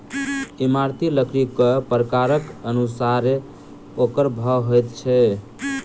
इमारती लकड़ीक प्रकारक अनुसारेँ ओकर भाव होइत छै